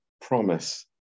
promise